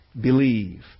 believe